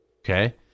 okay